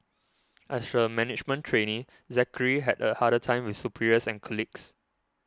as a management trainee Zachary had a harder time with superiors and colleagues